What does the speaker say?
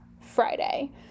Friday